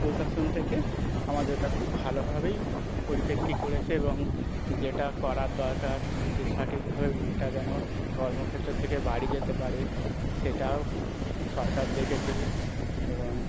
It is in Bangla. প্রশাসন থেকে আমাদেরটা খুব ভালোভাবেই পরিপ্রেক্ষিতে করেছে এবং যেটা করার দরকার যে সঠিকভাবে মটা যেন কর্মক্ষেত্র থেকে বাড়ি যেতে পারে সেটাও সরকার দেখেছে এবং